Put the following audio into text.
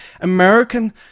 American